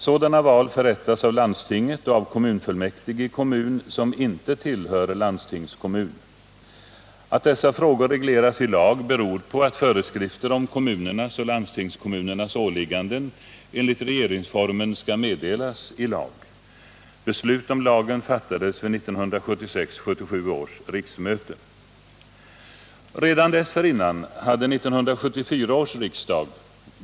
Sådana val förrättas av landstinget och av kommunfullmäktige i kommun som inte tillhör landstingskommun. Att dessa frågor regleras i lag beror på att föreskrifter om kommunernas och landstingskommunernas åligganden enligt regeringsformen skall meddelas i lag. Beslut om lagen fattades vid 1976 77:19, KU 12, rskr 27). Redan dessförinnan hade 1974 års riksdag (prop. 1974:1, bil.